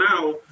now